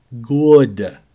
good